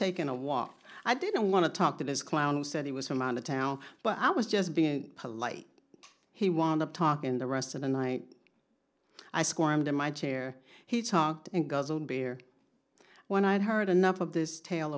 taken a walk i didn't want to talk to this clown who said he was from out of town but i was just being polite he wound up talk in the rest of the night i squirmed in my chair he talked and goes on beer when i had heard enough of this tale